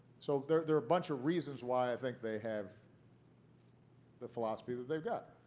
so there there are a bunch of reasons why i think they have the philosophy that they've got.